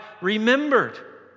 remembered